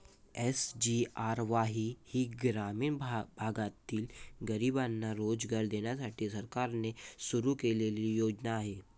SGRY ही ग्रामीण भागातील गरिबांना रोजगार देण्यासाठी सरकारने सुरू केलेली योजना आहे